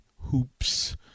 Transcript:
Hoops